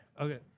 Okay